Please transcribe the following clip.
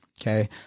Okay